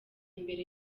mbere